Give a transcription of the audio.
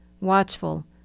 watchful